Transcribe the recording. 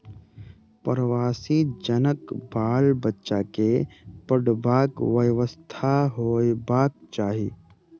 प्रवासी जनक बाल बच्चा के पढ़बाक व्यवस्था होयबाक चाही